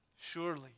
Surely